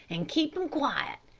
and keep them quiet,